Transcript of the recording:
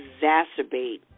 exacerbate